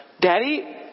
Daddy